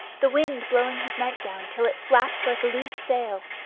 the wind blowing his night-gown till it flapped like a loose sail.